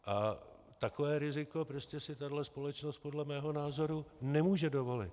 A takové riziko prostě si tahle společnost podle mého názoru nemůže dovolit.